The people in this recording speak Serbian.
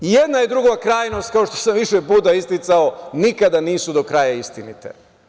I jedna i druga krajnost, kao što sam više puta isticao, nikada nisu do kraja istinite.